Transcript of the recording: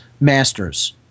masters